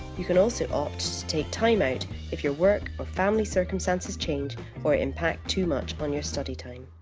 you can also opt to take time out if your work or family circumstances change or impact too much on your study time.